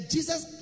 Jesus